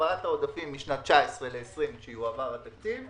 העברת עודפים משנת 2019 ל-2020 תקרה כשיועבר התקציב,